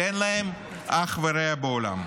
שאין להן אח ורע בעולם.